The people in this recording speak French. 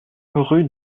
rue